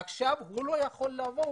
עכשיו הוא לא יכול לבוא